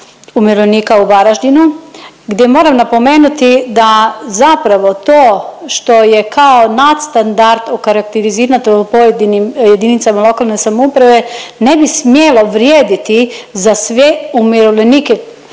umirovljenika u Varaždinu gdje moram napomenuti da zapravo to što je kao nad standard okarakterizirano u pojedinim JLS ne bi smjelo vrijediti za sve umirovljenike